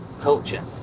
culture